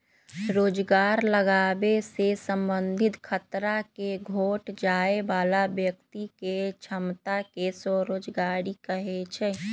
रोजगार लागाबे से संबंधित खतरा के घोट जाय बला व्यक्ति के क्षमता के स्वरोजगारी कहै छइ